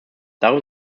darum